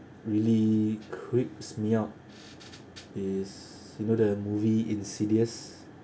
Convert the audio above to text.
really creeps me out is you know the movie insidious